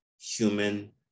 human